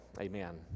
amen